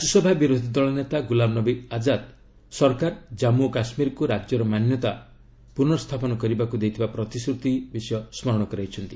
ରାଜ୍ୟସଭା ବିରୋଧୀଦଳ ନେତା ଗୁଲାମ ନବୀ ଆଜାଦ ସରକାର ଜାମ୍ମୁ ଓ କାଶ୍ମୀରକୁ ରାଜ୍ୟର ମାନ୍ୟତା ପୁନର୍ସ୍ଥାପନ କରିବାକୁ ଦେଇଥିବା ପ୍ରତିଶ୍ରତି ବିଷୟ ସ୍କରଣ କରାଇଛନ୍ତି